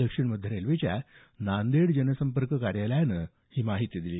दक्षिण मध्य रेल्वेच्या नांदेड जनसंपर्क कार्यालयानं ही माहिती दिली